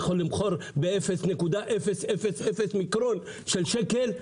אתה יכול למכור ב-0.000 מיקרון של שקל,